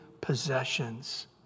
possessions